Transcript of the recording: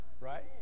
Right